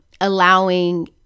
allowing